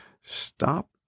stop